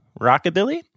rockabilly